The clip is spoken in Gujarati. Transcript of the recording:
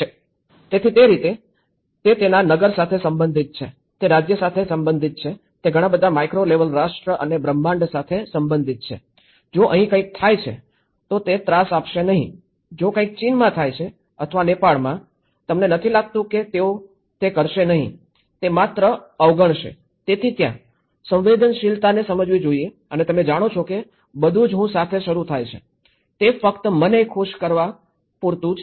તેથી તે રીતે તે તેના નગર સાથે સંબંધિત છે તે રાજ્ય સાથે સંબંધિત છે તે ઘણા બધા માઈક્રો લેવલ રાષ્ટ્ર અને બ્રહ્માંડ સાથે સંબંધિત છે જો અહીં કંઈક થાય છે તો તે ત્રાસ આપશે નહીં જો કંઈક ચીનમાં થાય છે અથવા નેપાળમાં તમને નથી લાગતું કે તેઓ તે કરશે નહીં તે માત્ર અવગણશે તેથી ત્યાં સંવેદનશીલતાને સમજવી જોઈએ અને તમે જાણો છો કે બધું જ હું સાથે શરૂ થાય છે તે ફક્ત મને ખુશ થવા પૂરતું જ નથી